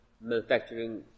manufacturing